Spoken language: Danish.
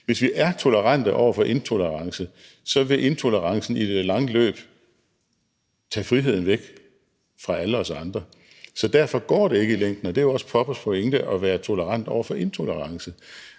hvis vi er tolerante over for intolerancen, vil intolerancen i det lange løb tage friheden væk fra alle os andre. Så derfor går det ikke i længden, og det er jo også Poppers pointe med at være tolerant over for intolerance.